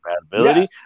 compatibility